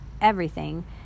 everything